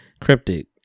cryptic